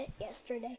yesterday